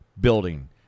building